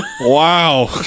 Wow